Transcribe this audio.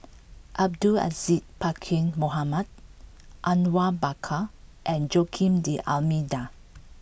Abdul Aziz Pakkeer Mohamed Awang Bakar and Joaquim D'almeida